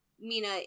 Mina